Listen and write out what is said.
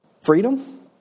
Freedom